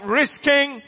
risking